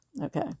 Okay